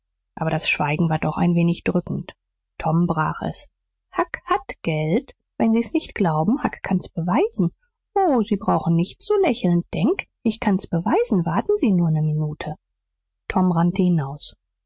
aber das schweigen war doch ein wenig drückend tom brach es huck hat geld wenn sie's nicht glauben huck kann's beweisen o sie brauchen nicht zu lächeln denk ich kann's beweisen warten sie nur ne minute tom rannte hinaus